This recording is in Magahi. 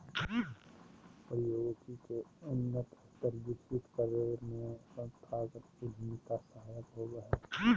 प्रौद्योगिकी के उन्नत स्तर विकसित करे में संस्थागत उद्यमिता सहायक होबो हय